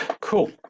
Cool